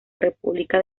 república